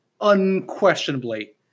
unquestionably